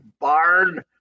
barn